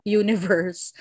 universe